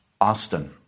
Austin